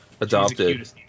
adopted